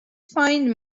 find